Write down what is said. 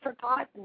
forgotten